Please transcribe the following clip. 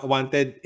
Wanted